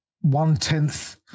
one-tenth